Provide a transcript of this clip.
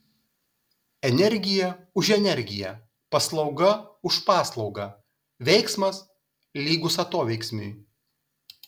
energija už energiją paslauga už paslaugą veiksmas lygus atoveiksmiui